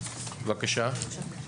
בבקשה.